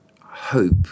hope